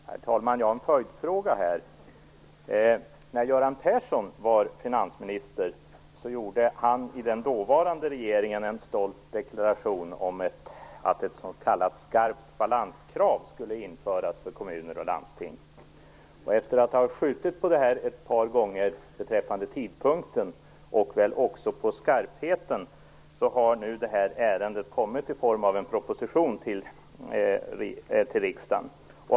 Herr talman! Jag har en följdfråga. När Göran Persson var finansminister gjorde han i den dåvarande regeringen en stolt deklaration om att ett s.k. skarpt balanskrav skulle införas för kommuner och landsting. Efter att ha skjutit på tidpunkten för detta ett par gånger och även på skarpheten har nu ärendet kommit i form av en proposition till riksdagen.